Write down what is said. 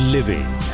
Living